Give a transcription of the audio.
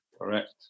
Correct